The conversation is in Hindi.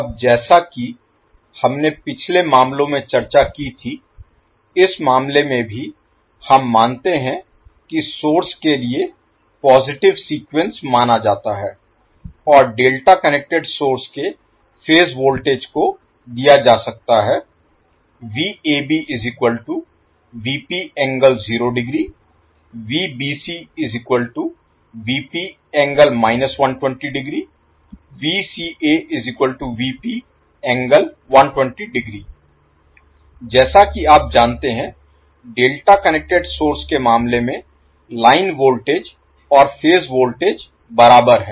अब जैसा कि हमने पिछले मामलों में चर्चा की थी इस मामले में भी हम मानते हैं कि सोर्स के लिए पॉजिटिव सीक्वेंस माना जाता है और डेल्टा कनेक्टेड सोर्स के फेज वोल्टेज को दिया जा सकता है जैसा कि आप जानते हैं डेल्टा कनेक्टेड सोर्स के मामले में लाइन वोल्टेज और फेज वोल्टेज बराबर हैं